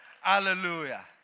Hallelujah